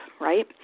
right